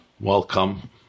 Welcome